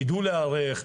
יידעו להיערך,